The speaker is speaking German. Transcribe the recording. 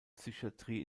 psychiatrie